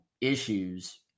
issues